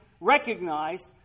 recognized